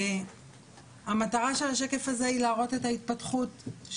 המקור שלה בהחלטת ממשלה 3595,